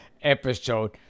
episode